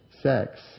sex